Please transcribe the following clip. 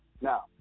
Now